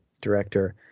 director